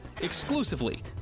exclusively